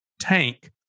tank